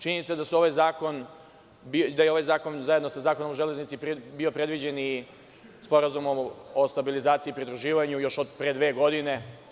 Činjenica je da je ovaj zakon, zajedno sa Zakonom o železnici, bio predviđen i Sporazumom o stabilizaciji i pridruživanju još od pre dve godine.